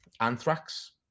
anthrax